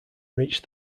reached